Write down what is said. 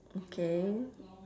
okay